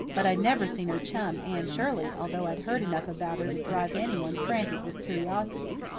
but i'd never seen her chum, anne shirley, although i'd heard enough about her to drive anyone frantic with curiosity.